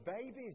babies